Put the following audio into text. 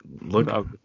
look